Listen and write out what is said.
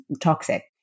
toxic